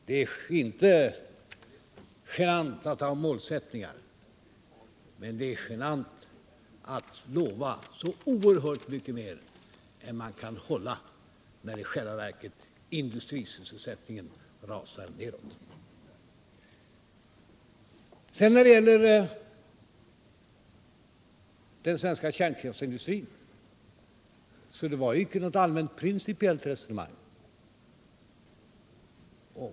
Det är inte genant att ha målsättningar, men det är genant att lova så oerhört mycket mer än man kan hålla och när i själva verket industrisysselsättningen rasar neråt. När det sedan gäller den svenska kärnkraftsindustrin så var det ju icke ett allmänt principiellt resonemang ni förde.